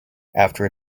after